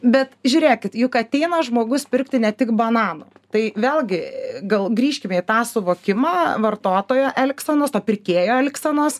bet žiūrėkit juk ateina žmogus pirkti ne tik bananų tai vėlgi gal grįžkime į tą suvokimą vartotojo elgsenos to pirkėjo elgsenos